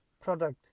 product